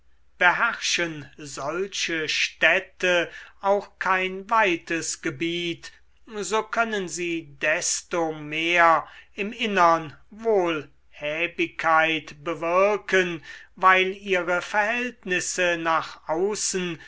beherrschen solche städte auch kein weites gebiet so können sie desto mehr im innern wohlhäbigkeit bewirken weil ihre verhältnisse nach außen